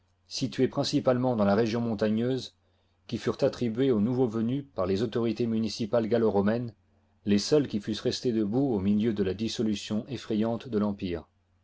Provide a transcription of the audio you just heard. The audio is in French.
situées principalement dans la région montagneuse qui furent attribuées aux nouveau venus par les autorités municipales gallo romaines les seules qui fussent restées debout au milieu de la dissolution effrayante de l'empire